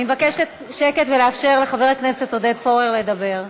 אני מבקשת שקט ולאפשר לחבר הכנסת עודד פורר לדבר.